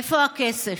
איפה הכסף?